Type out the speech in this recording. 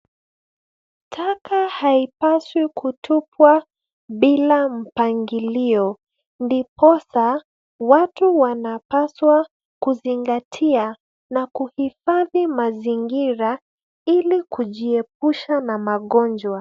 Taka haipaswi kutupwa bila mpangilio ndiposa watu wanapaswa kuzingatia na kuhifadhi mazingira ili kujiepusha na magonjwa.